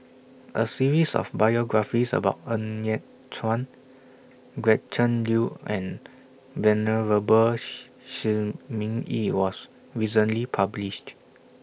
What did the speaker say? A series of biographies about Ng Yat Chuan Gretchen Liu and Venerable Shi Shi Ming Yi was recently published